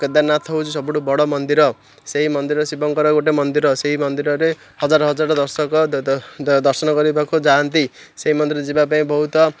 କେଦାରନାଥ ହେଉଛି ସବୁଠୁ ବଡ଼ ମନ୍ଦିର ସେଇ ମନ୍ଦିର ଶିବଙ୍କର ଗୋଟେ ମନ୍ଦିର ସେଇ ମନ୍ଦିରରେ ହଜାର ହଜାର ଦର୍ଶକ ଦର୍ଶନ କରିବାକୁ ଯାଆନ୍ତି ସେଇ ମନ୍ଦିର ଯିବା ପାଇଁ ବହୁତ